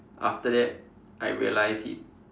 after that I realized it